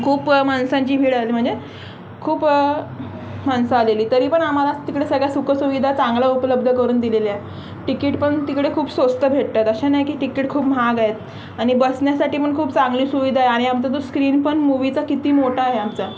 खूप माणसांची भीड आली म्हणजे खूप माणसं आलेली तरी पण आम्हाला तिकडे सगळ्या सुखसुविधा चांगल्या उपलब्ध करून दिलेल्या तिकीट पण तिकडे खूप स्वस्त भेटतात अशा नाही की टिकीट खूप महाग आहेत आणि बसण्यासाठी पण खूप चांगली सुविधा आहे आणि आमचा तो स्क्रीन पण मूवीचा किती मोठा आहे आमचा